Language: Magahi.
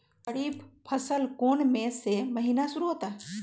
खरीफ फसल कौन में से महीने से शुरू होता है?